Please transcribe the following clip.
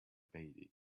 baby